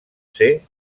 ser